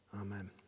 Amen